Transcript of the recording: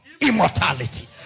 immortality